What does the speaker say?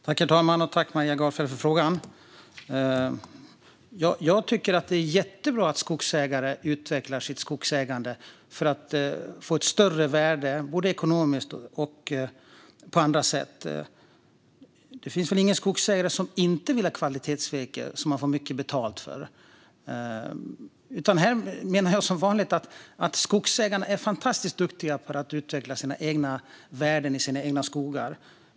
Herr talman! Tack, Maria Gardfjell, för frågan! Jag tycker att det är jättebra att skogsägare utvecklar sitt skogsägande för att få ett större värde både ekonomiskt och på andra sätt. Det finns väl ingen skogsägare som inte vill ha kvalitetsvirke som man får mycket betalt för. Jag menar, som vanligt, att skogsägarna är fantastiskt duktiga på att utveckla sina egna värden i sina egna skogar.